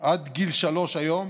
עד גיל שלוש היום